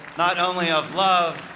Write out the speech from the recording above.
not only of love,